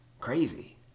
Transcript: crazy